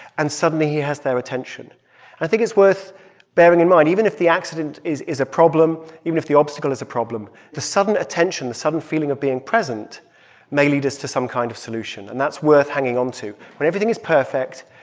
and suddenly, he has their attention i think it's worth bearing in mind even if the accident is is a problem, even if the obstacle is a problem, the sudden attention, the sudden feeling of being present may lead us to some kind of solution. and that's worth hanging onto. when everything is perfect,